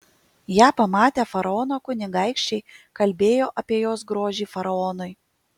ją pamatę faraono kunigaikščiai kalbėjo apie jos grožį faraonui